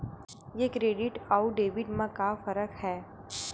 ये क्रेडिट आऊ डेबिट मा का फरक है?